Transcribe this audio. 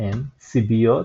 n סיביות,